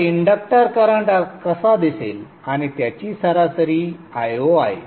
तर inductor current कसा दिसेल आणि त्याची सरासरी Io आहे